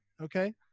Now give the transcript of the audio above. okay